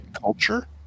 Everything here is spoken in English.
culture